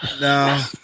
No